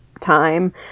time